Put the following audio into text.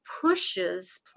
pushes